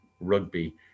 rugby